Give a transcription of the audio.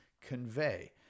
convey